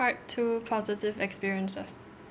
part two positive experiences